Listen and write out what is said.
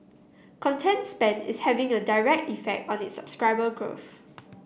content spend is having a direct effect on its subscriber growth